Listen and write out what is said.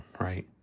right